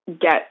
get